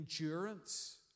endurance